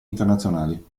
internazionali